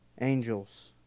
angels